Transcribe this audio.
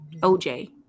OJ